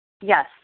Yes